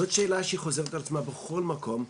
זאת שאלה שהיא חוזרת על עצמה בכל מקום,